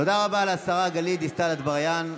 תודה רבה לשרה גלית דיסטל אטבריאן.